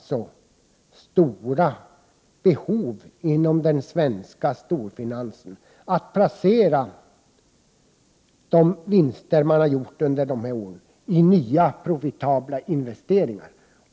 1988/89:126 alltså stora behov inom den svenska storfinansen att placera de vinster som har gjorts under dessa år i nya profitabla investeringar.